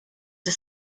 the